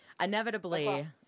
Inevitably